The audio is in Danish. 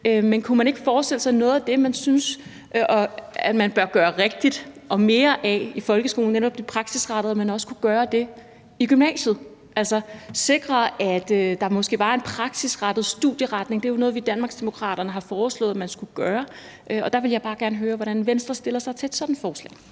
Men kunne man ikke forestille sig, at noget af det, man synes at man bør gøre rigtigt og mere af i folkeskolen, netop det praksisrettede, også kunne gøres i gymnasiet, altså sikre, at der måske var en praksisrettet studieretning? Det er jo noget, vi i Danmarksdemokraterne har foreslået man skulle gøre, og der ville jeg bare gerne høre, hvordan Venstre stiller sig til et sådant forslag.